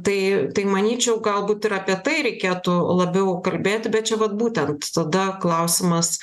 tai tai manyčiau galbūt ir apie tai reikėtų labiau kalbėti bet čia vat būtent tada klausimas